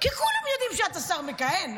כי כולם יודעים שאתה שר מכהן,